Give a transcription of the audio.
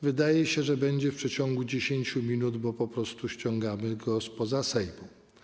Wydaje się, że będzie w ciągu 10 minut, bo po prostu ściągamy go spoza Sejmu.